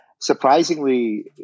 surprisingly